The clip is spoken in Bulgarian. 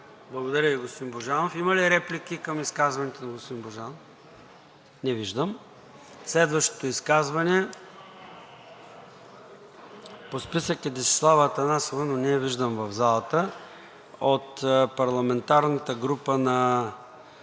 Благодаря Ви, господин Божанов. Има ли реплики към изказването на господин Божанов? Не виждам. Следващо изказване – по списък е Десислава Атанасова, но не я виждам в залата. От парламентарната група на